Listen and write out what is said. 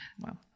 Wow